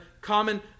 common